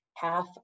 half